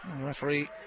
referee